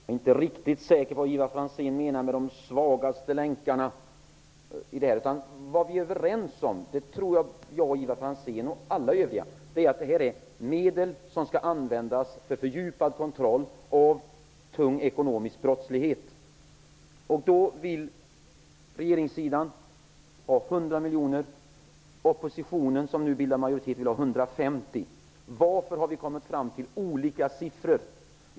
Herr talman! Jag är inte riktigt säker på vad Ivar Franzén menar med de svagaste länkarna. Vad vi -- Ivar Franzén, jag och alla övriga -- är överens om är att de här medlen skall användas till fördjupad kontroll av tung ekonomisk brottslighet. Regeringssidan vill anslå 100 miljoner och oppositionen, som nu bildar majoritet i frågan, 150 miljoner. Varför har vi kommit fram till olika siffror?